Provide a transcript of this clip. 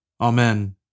Amen